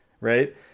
right